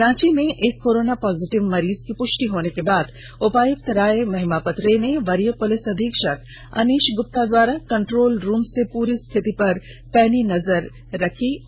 रांची में एक corona positive मरीज की पुष्टि होने के बाद उपायुक्त राय महिमापत रे और वरीय पुलिस अधीक्षक अनीश गुप्ता द्वारा कंट्रोल रूम से पूरी स्थिति पर पैनी नजर रखी जा रही है